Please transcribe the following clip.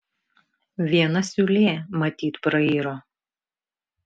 viena siūlė matyt prairo